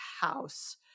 house